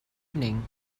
evening